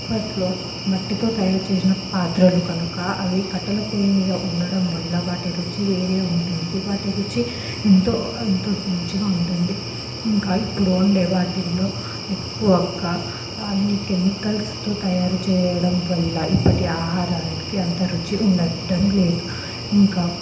అప్పట్లో మట్టితో తయారు చేసిన పాత్రలు కనుక అవి కట్టెల పొయ్యి మీద ఉండడం వల్ల వాటి రుచి వేరే ఉంటుంది వాటి రుచి ఎంతో ఎంతో మంచిగా ఉంటుంది ఇంకా ఇప్పుడు వండే వాటిలో ఎక్కువగా అన్ని కెమికల్స్తో తయారు చేయడం వల్ల ఇప్పటి ఆహారానికి అంత రుచి ఉండటం లేదు ఇంకా